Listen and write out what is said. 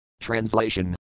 Translation